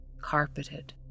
carpeted